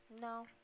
No